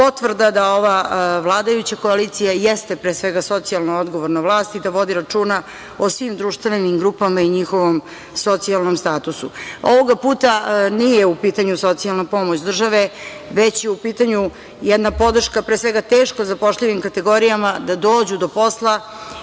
potvrda da ova vladajuća koalicija jeste, pre svega, socijalno odgovorna vlast i da vodi računa o svim društvenim grupama i njihovom socijalnom statusu. Ovoga puta nije u pitanju socijalna pomoć države, već je u pitanju jedna podrška, pre svega, teško zapošljivim kategorijama da dođu do posla